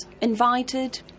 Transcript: invited